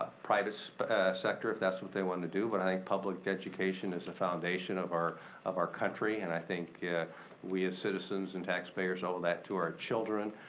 private sector, if that's what they wanna do, but i think public education is the foundation of our of our country. and i think we as citizens and taxpayers owe that to our children.